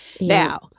now